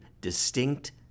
distinct